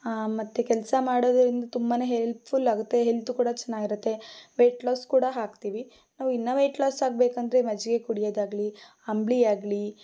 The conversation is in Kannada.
ಮತ್ತು ಕೆಲಸ ಮಾಡೋದ್ರಿಂದ ತುಂಬಾ ಹೆಲ್ಪ್ಫುಲ್ ಆಗುತ್ತೆ ಹೆಲ್ತ್ ಕೂಡ ಚೆನ್ನಾಗಿರತ್ತೆ ವೆಯ್ಟ್ ಲಾಸ್ ಕೂಡ ಆಗ್ತೀವಿ ನಾವು ಇನ್ನೂ ವೆಯ್ಟ್ ಲಾಸ್ ಆಗಬೇಕಂದ್ರೆ ಮಜ್ಜಿಗೆ ಕುಡಿಯೋದಾಗಲಿ ಅಂಬ್ಲಿಯಾಗಲಿ